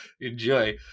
Enjoy